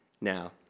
now